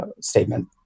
statement